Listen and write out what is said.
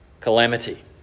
calamity